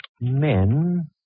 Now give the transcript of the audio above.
Men